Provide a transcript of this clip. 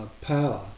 power